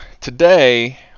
today